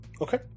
Okay